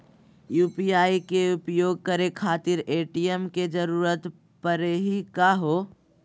UPI के उपयोग करे खातीर ए.टी.एम के जरुरत परेही का हो?